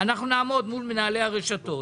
אנחנו נעמוד מול מנהלי הרשתות